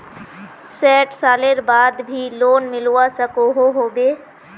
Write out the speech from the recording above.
सैट सालेर बाद भी लोन मिलवा सकोहो होबे?